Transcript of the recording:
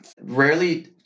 rarely